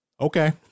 okay